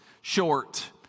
short